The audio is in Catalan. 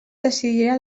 decidirà